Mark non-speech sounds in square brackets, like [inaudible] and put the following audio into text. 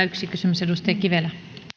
[unintelligible] yksi kysymys edustaja kivelä